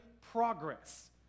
progress